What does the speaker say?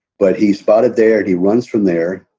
but he spotted there. and he runs from there.